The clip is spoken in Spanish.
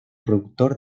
productor